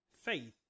Faith